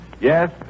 Yes